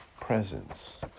presence